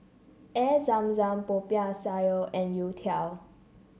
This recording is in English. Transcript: Air Zam Zam Popiah Sayur and Youtiao